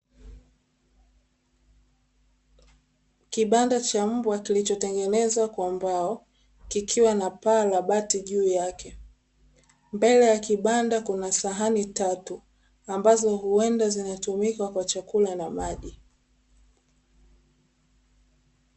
Kibanda cha mbwa kilichotengenezwa kwa mbao kikiwa na paa na bati juu yake, mbele ya kibanda kuna sahani tatu ambazo huenda zinatumika kwa chakula na maji.